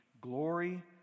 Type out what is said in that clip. Glory